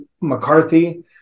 McCarthy